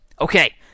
Okay